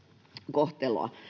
kohtelua